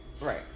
Right